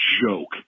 joke